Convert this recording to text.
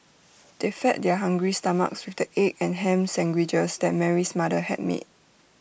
they fed their hungry stomachs with the egg and Ham Sandwiches that Mary's mother had made